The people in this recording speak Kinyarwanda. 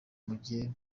mugiye